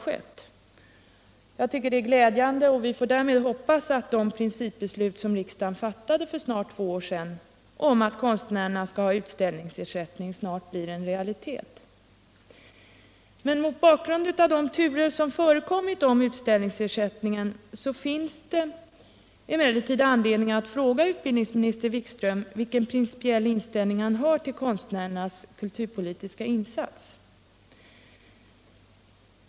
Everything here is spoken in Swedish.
Det är glädjande, och vi får därmed hoppas att det principbeslut som riksdagen fattade för snart två år sedan om att konstnärerna skall ha utställningsersättning snart också blir en realitet. Mot bakgrund av de turer som förekommit om utställningsersättningen finns det emellertid anledning att fråga utbildningsministern Wikström vilken principiell inställning han har till konstnärernas kulturpolitiska insatser.